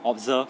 observe